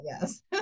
Yes